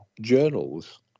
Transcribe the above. journals